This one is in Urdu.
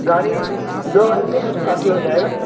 گاڑی دو گاڑی سے بس کافی ہو جائے گا